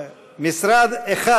שני משרדים: עבודה ורווחה.